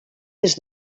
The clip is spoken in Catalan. des